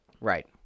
Right